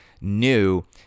new